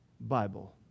Bible